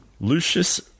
Lucius